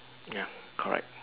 ya correct